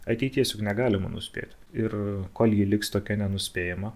ateities juk negalima nuspėti ir kol ji liks tokia nenuspėjama